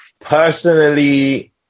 Personally